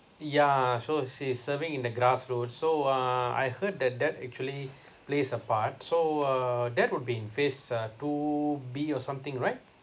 yeah so she's serving in the so uh I heard that that actually plays a part so uh that would be in phase uh two B or something right